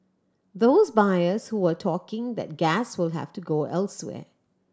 those buyers who were talking that gas will have to go elsewhere